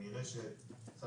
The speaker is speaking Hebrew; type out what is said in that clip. מרשות שדות התעופה,